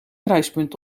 kruispunt